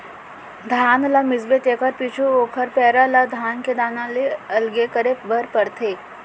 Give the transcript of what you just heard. धान ल मिसबे तेकर पीछू ओकर पैरा ल धान के दाना ले अलगे करे बर परथे